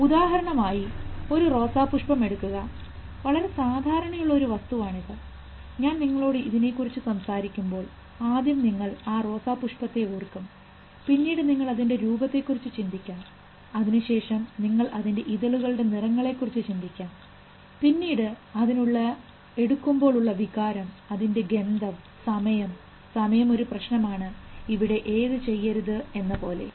ഉദാഹരണമായി ആയി ഒരു റോസാപുഷ്പം എടുക്കുക വളരെ സാധാരണയുള്ള ഒരു വസ്തു ആണിത് ഞാൻ നിങ്ങളോട് ഇതിനെ കുറിച്ച് സംസാരിക്കുമ്പോൾ ആദ്യം നിങ്ങൾ ആ റോസാ പുഷ്പത്തെ ഓർക്കും പിന്നീട് നിങ്ങൾ അതിൻറെ രൂപത്തെ കുറിച്ച് ചിന്തിക്കാം അതിനു ശേഷം നിങ്ങൾ അതിൻറെ ഇതളുകളുടെ നിറങ്ങളെ കുറിച്ച് ചിന്തിക്കാം പിന്നീട് അതിനുള്ള എടുക്കുമ്പോൾ ഉള്ള വികാരം അതിൻറെ ഗന്ധം സമയം സമയം ഒരു പ്രശ്നമാണ് ഇവിടെ ഏതു ചെയ്യരുത് എന്നപോലെ